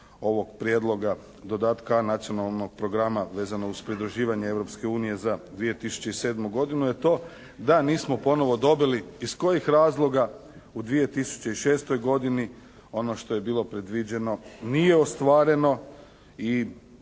ovog prijedloga dodatka a) Nacionalnog programa vezano uz pridruživanje Europske unije za 2007. godinu, jer to da nismo ponovo dobili iz kojih razloga u 2006. godini ono što je bilo predviđeno nije ostvareno i